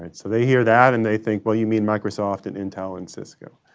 and so they hear that and they think, well you mean microsoft and intel and cisco.